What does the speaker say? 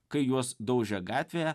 kai juos daužė gatvėje